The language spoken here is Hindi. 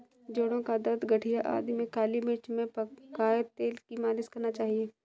जोड़ों का दर्द, गठिया आदि में काली मिर्च में पकाए तेल की मालिश करना चाहिए